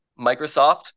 Microsoft